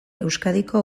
euskadiko